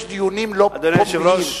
יש דיונים לא, אדוני היושב-ראש,